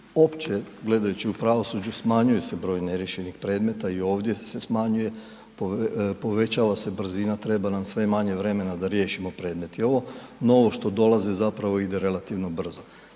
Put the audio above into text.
opće gledajući u pravosuđu, smanjuje se broj neriješenih predmeta i ovdje se smanjuje, povećava se brzina, treba nam sve manje vremena da riješimo predmet i ovo novo što dolaze, zapravo ide relativno brzo.